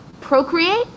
procreate